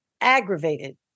aggravated